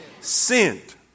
sent